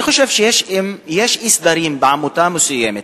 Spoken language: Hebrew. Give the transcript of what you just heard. אני חושב שאם יש אי-סדרים בעמותה מסוימת,